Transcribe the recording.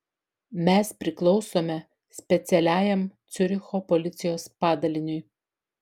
mes priklausome specialiajam ciuricho policijos padaliniui